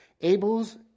Abel's